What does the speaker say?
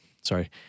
sorry